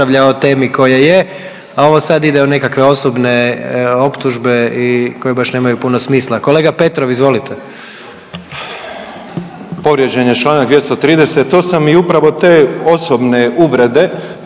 ovo sada ide u nekakve osobne optužbe i koje baš nemaju puno smisla. Kolega Petrov, izvolite.